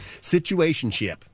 Situationship